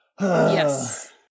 yes